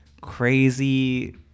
crazy